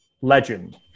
legend